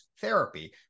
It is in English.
Therapy